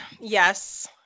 yes